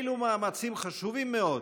אלה מאמצים חשובים מאוד,